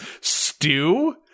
stew